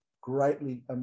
greatly